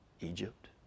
Egypt